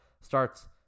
starts